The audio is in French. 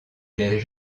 des